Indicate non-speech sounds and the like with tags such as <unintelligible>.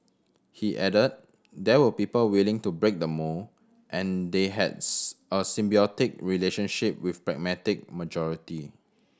he added there were people willing to break the mould and they had <unintelligible> a symbiotic relationship with pragmatic majority